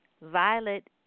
Violet